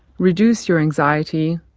reduce your anxiety,